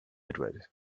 edward